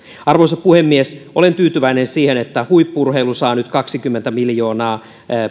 arvoisa puhemies olen tyytyväinen siihen että huippu urheilu saa nyt kaksikymmentä miljoonaa